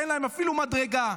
ואין להם אפילו מדרגה,